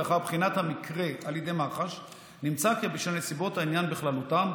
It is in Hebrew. לאחר בחינת המקרה על ידי מח"ש נמצא כי בשל נסיבות העניין בכללותן,